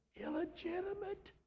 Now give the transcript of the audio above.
illegitimate